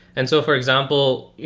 and so for example,